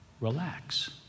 relax